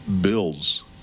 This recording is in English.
bills